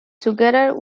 together